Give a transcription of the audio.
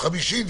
חמישי.